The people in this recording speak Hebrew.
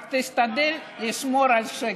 רק תשתדל לשמור על שקט.